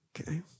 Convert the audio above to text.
okay